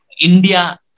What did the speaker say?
India